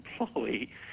employee